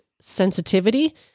sensitivity